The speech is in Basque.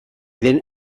den